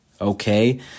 Okay